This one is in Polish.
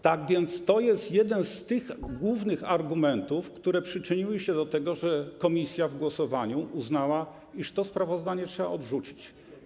Tak więc to jest jeden z głównych argumentów, które przyczyniły się do tego, że komisja w głosowaniu uznała, iż to sprawozdanie trzeba odrzucić.